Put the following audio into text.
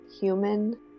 human